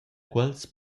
quels